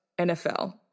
NFL